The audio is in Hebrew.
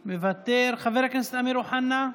מוותר, חבר הכנסת אמיר אוחנה,